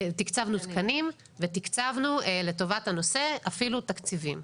תקצבנו תקנים ותקצבנו לטובת הנושא אפילו תקציבים.